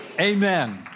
Amen